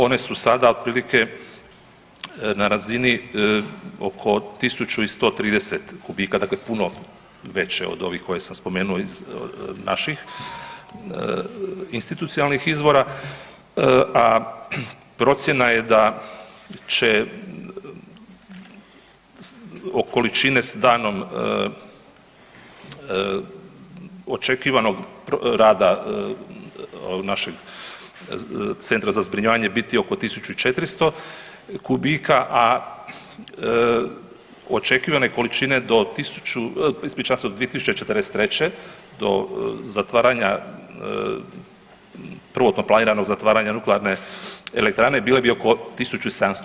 One su sada otprilike na razini oko 1130 kubika, dakle puno veće od ovih koje sam spomenuo iz naših institucionalnih izvora, a procjena je da će količine s danom očekivanog rada našeg centra za zbrinjavanje biti oko 1400 kubika, a očekivane količine do 1000, ispričavam se, od 2043. do zatvaranja prvotno planiranog zatvaranja nuklearne elektrane bile bi oko 1780 kubičnih metara.